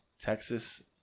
Texas